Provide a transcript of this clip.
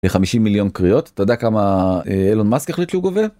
50 מיליון קריאות, אתה יודע כמה אילון מסק החליט שהוא גובה?